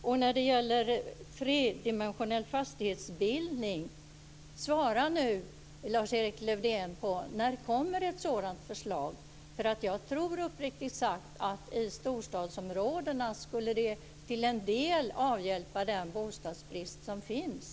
Och vad gäller tredimensionell fastighetsbildning: Svara nu, Lars-Erik Lövdén, på frågan när det kommer ett förslag om en sådan! Jag tror uppriktigt sagt att en sådan fastighetsbildning i storstadsområdena till en del skulle avhjälpa den bostadsbrist som finns.